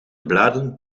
bladen